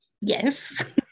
Yes